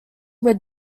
were